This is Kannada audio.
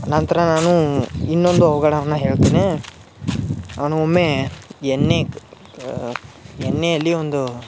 ನಂತರ ನಾನು ಇನ್ನೊಂದು ಅವಗಡನ ಹೇಳ್ತೀನಿ ನಾನು ಒಮ್ಮೆ ಎಣ್ಣೆ ಕ ಎಣ್ಣೆಯಲ್ಲಿ ಒಂದು